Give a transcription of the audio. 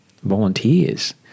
volunteers